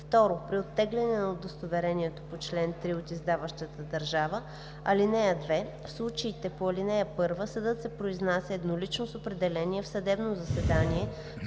2. при оттегляне на удостоверението по чл. 3 от издаващата държава. (2) В случаите по ал. 1 съдът се произнася еднолично с определение в съдебно заседание